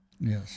Yes